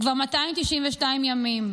כבר 292 ימים.